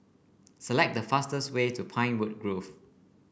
select the fastest way to Pinewood Grove